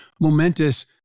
momentous